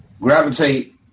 gravitate